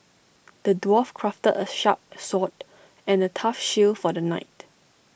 the dwarf crafted A sharp sword and A tough shield for the knight